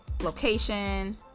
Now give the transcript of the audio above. location